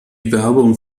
werbung